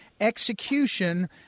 execution